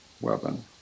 weapon